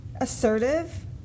assertive